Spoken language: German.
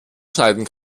schneiden